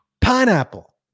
pineapple